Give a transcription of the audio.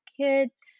kids